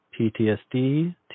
PTSD